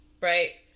Right